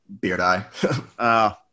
Beard-eye